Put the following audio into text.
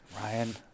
Ryan